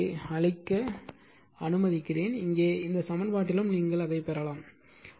எனவே இதை அழிக்க அனுமதிக்கிறேன் இங்கே இந்த சமன்பாட்டிலும் நீங்கள் அதை பெறலாம்